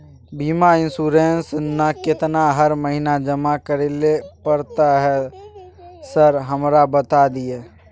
बीमा इन्सुरेंस ना केतना हर महीना जमा करैले पड़ता है सर हमरा बता दिय?